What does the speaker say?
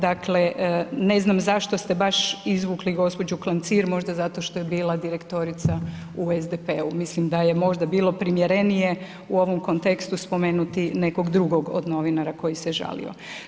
Dakle ne znam zašto ste baš izvukli gospođu Klancir, možda zato što je bila direktorica u SDP-u, mislim da je možda bilo primjerenije u ovom kontekstu spomenuti nekog drugog od novinara koji se žalio.